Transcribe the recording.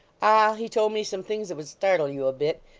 ah! he told me some things that would startle you a bit,